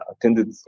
attended